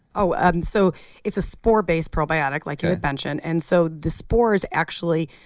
oh, and and so it's a spore-based probiotic like you had mentioned. and so the spores actually,